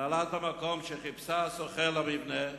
הנהלת המקום, שחיפשה שוכר למבנה,